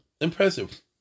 impressive